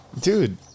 dude